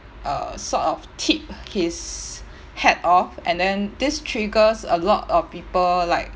uh sort of tipped his hat off and then this triggers a lot of people like